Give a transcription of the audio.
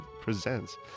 presents